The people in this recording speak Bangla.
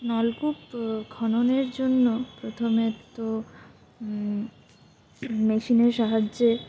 নলকূপ খননের জন্য প্রথমে তো মেশিনের সাহায্যে